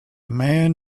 man